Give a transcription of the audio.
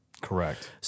Correct